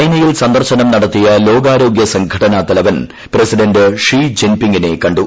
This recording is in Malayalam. ചൈനയിൽ സന്ദർശനം നടത്തിയ ലോകാരോഗ്യ സംഘടനാ തലവൻ പ്രസിഡന്റ് ഷീ ജിൻ ഷിങ്ങിനെ കണ്ടു